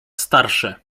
starsze